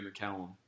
McCallum